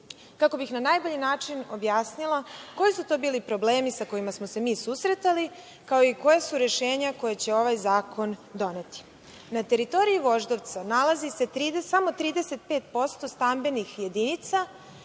kako bih na najbolji način objasnila koji su to bili problemi sa kojima smo se mi susretali, kao i koja su rešenja koja će ovaj zakon doneti. Na teritoriji Voždovca nalazi se samo 35% stambenih jedinica